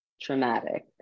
traumatic